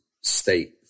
state